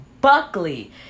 Buckley